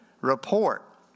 report